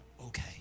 Okay